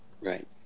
right